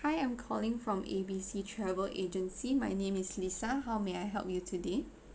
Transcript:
hi I'm calling from A B C travel agency my name is lisa how may I help you today